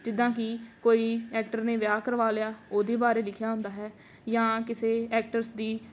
ਜਿੱਦਾਂ ਕਿ ਕੋਈ ਐਕਟਰ ਨੇ ਵਿਆਹ ਕਰਵਾ ਲਿਆ ਉਹਦੇ ਬਾਰੇ ਲਿਖਿਆ ਹੁੰਦਾ ਹੈ ਜਾਂ ਕਿਸੇ ਐਕਟਰਸ ਦੀ